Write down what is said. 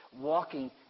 walking